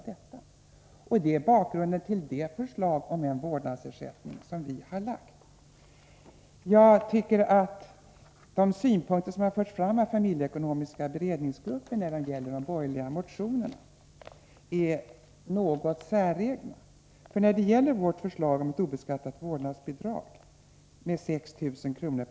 Detta är bakgrunden till det förslag om en vårdnadsersättning som vi har lagt fram. Jag tycker att de synpunkter som har förts fram av den familjeekonomiska beredningsgruppen beträffande de borgerliga motionerna är något säregna. När det gäller vårt förslag om ett skattefritt vårdnadsbidrag med 6 000 kr.